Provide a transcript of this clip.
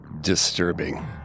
Disturbing